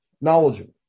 knowledgeable